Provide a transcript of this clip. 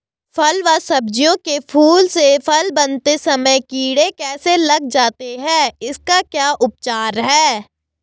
फ़ल व सब्जियों के फूल से फल बनते समय कीड़े कैसे लग जाते हैं इसका क्या उपचार है?